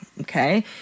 Okay